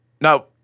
Now